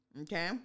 Okay